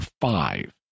five